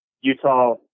Utah